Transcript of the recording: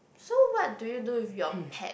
so what do you do with your pet